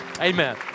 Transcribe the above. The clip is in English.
Amen